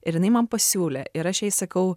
ir jinai man pasiūlė ir aš jai sakau